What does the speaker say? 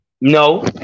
No